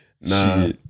Nah